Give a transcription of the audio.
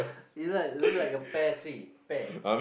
it's like look like a pear tree pear